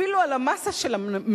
אפילו על המאסה של המנקות,